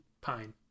Pine